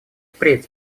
впредь